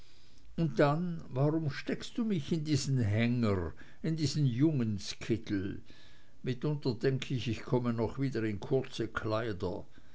und dann warum steckst du mich in diesen hänger in diesen jungenkittel mitunter denk ich ich komme noch wieder in kurze kleider